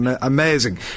Amazing